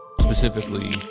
specifically